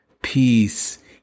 peace